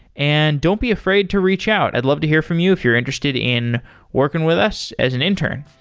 and don't be afraid to reach out. i'd love to hear from you if you're interested in working with us as an intern.